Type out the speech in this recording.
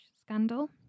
scandal